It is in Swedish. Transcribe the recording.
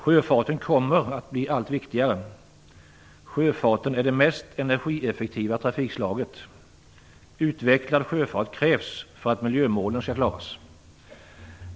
Sjöfarten kommer att bli allt viktigare. Sjöfarten är det mest energieffektiva trafikslaget. Utvecklad sjöfart krävs för att miljömålen skall klaras.